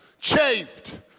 chafed